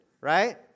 right